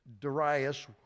Darius